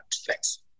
Thanks